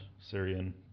Syrian